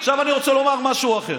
עכשיו אני רוצה לומר משהו אחר.